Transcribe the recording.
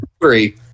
three